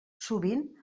sovint